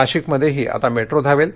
नाशिकमध्येही आता मेट्रो धावेल